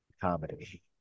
comedy